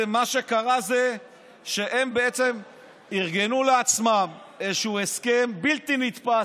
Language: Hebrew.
מה שקרה זה שהם ארגנו לעצמם איזשהו הסכם בלתי נתפס,